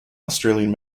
australian